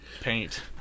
paint